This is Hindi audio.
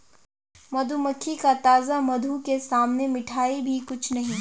मधुमक्खी का ताजा मधु के सामने मिठाई भी कुछ नहीं